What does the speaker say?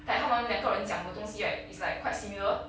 like 他们两个人讲的东西 right it's like quite similar